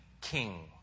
king